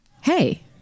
Hey